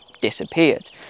disappeared